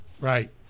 Right